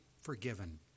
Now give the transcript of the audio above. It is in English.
forgiven